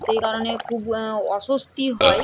সেই কারণে খুব অস্বস্তি হয়